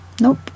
Nope